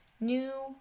new